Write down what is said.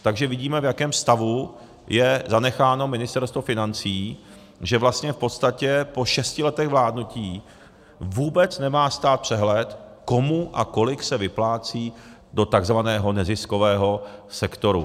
Takže vidíme, v jakém stavu je zanecháno Ministerstvo financí, že vlastně v podstatě po šesti letech vládnutí vůbec nemá stát přehled, komu a kolik se vyplácí do takzvaného neziskového sektoru.